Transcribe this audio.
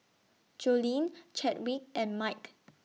Joleen Chadwick and Mike